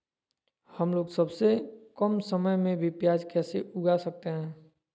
हमलोग सबसे कम समय में भी प्याज कैसे उगा सकते हैं?